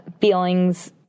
feelings